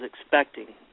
expecting